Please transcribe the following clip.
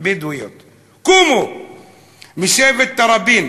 בדואיות משבט טראבין